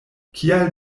kial